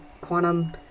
quantum